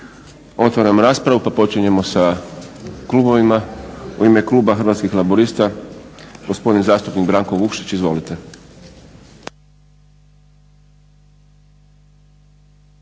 Otvaram raspravu, pa počinjemo sa klubovima. U ime kluba Hrvatskih laburista gospodin zastupnik Branko Vukšić. Izvolite.